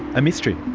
a mystery.